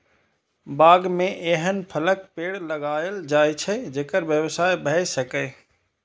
बाग मे एहन फलक पेड़ लगाएल जाए छै, जेकर व्यवसाय भए सकय